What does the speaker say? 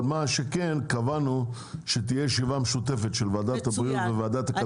אבל קבענו שתהיה ישיבה משותפת של ועדת הבריאות וועדת הכלכלה,